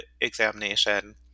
examination